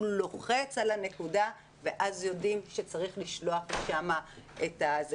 הוא לוחץ על הנקודה ואז יודעים שצריך לשלוח לשם את האנשים.